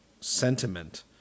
sentiment